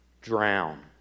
drown